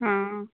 हाँ